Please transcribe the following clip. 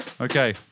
Okay